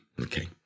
Okay